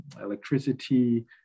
electricity